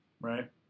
Right